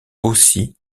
aussi